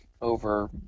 over